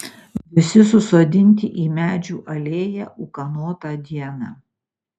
visi susodinti į medžių alėją ūkanotą dieną